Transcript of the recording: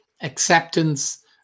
acceptance